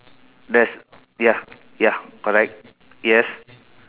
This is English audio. there's ya ya correct yes